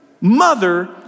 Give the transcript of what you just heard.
mother